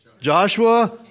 Joshua